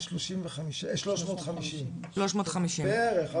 350. בערך.